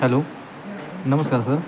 hello नमस्कार sir